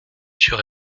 sur